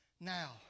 Now